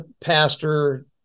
pastor